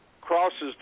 crosses